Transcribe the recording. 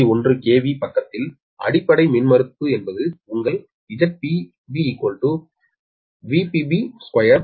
1 KV பக்கத்தில் அடிப்படை மின்மறுப்பு என்பது உங்கள் ZpBVpB2MVA base1